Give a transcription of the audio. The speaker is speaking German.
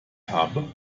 habe